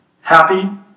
Happy